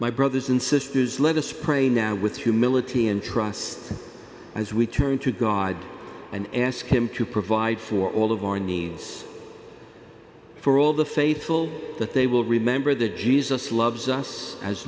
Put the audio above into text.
my brothers and sisters let us pray now with humility and trust as we turn to god and ask him to provide for all of our needs for all the faithful that they will remember that jesus loves us as